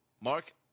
Mark